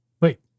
Wait